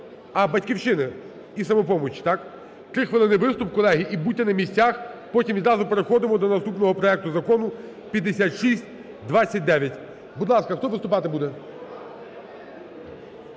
А, "Батьківщини" і "Самопомочі", так? 3 хвилини виступ, колеги, і будьте на місцях, потім відразу переходимо до наступного проекту закону 5629. Будь ласка, хто виступати буде?